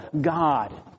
God